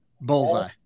bullseye